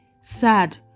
sad